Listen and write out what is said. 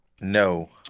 No